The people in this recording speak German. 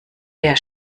der